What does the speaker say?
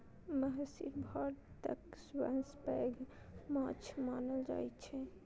महसीर भारतक सबसं पैघ माछ मानल जाइ छै